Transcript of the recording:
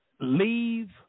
leave